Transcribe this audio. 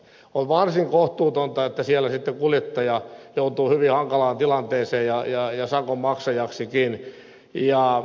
on varsin kohtuutonta että siellä sitten kuljettaja joutuu hyvin hankalaan tilanteeseen ja sakon maksajaksikin